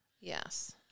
Yes